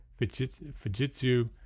Fujitsu